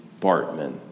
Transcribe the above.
Bartman